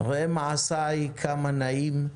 ראה מעשיי, כמה נאים,